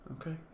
Okay